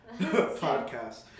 podcast